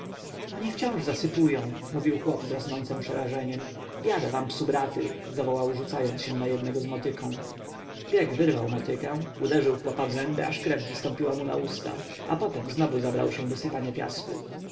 oni wciąż zasypują mówił chłop z rosnącem przerażeniem biada wam psubraty zawołał rzucając się na jednego z motyką grek wyrwał motykę uderzył chłopa zębyw zęby aż krew wystąpiła mu na usta potem znów zabrał się do sypania piasku